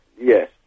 Yes